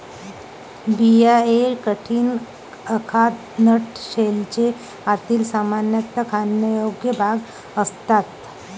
बिया हे कठीण, अखाद्य नट शेलचे आतील, सामान्यतः खाण्यायोग्य भाग असतात